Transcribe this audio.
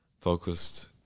focused